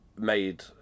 made